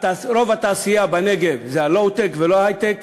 רוב התעשייה בנגב היא low-tech ולא היי-טק,